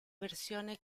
versione